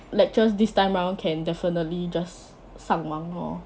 lecturers this time round can definitely just 上上网 lor